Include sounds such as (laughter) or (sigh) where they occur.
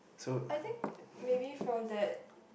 so (breath)